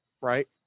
right